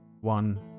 one